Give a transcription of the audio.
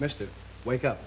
mr wake up